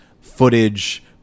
footage